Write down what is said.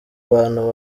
bantu